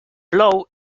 plou